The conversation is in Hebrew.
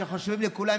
שחשובים לכולם,